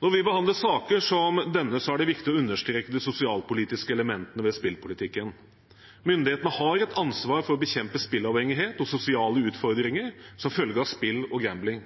Når vi behandler saker som denne, er det viktig å understreke de sosialpolitiske elementene ved spillpolitikken. Myndighetene har et ansvar for å bekjempe spilleavhengighet og sosiale utfordringer som følge av spill og gambling.